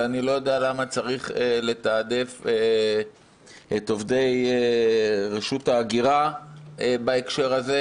ואני לא יודע למה צריך לתעדף את עובדי רשות ההגירה בהקשר הזה,